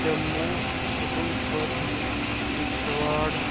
Jammu Udhampur Kishtwar